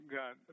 got